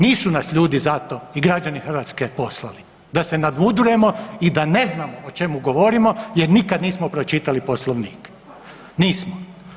Nisu nas ljudi za to i građani Hrvatske poslali da se nadmudrujemo i da ne znamo o čemu govorimo jer nikad nismo pročitali Poslovnik, nismo.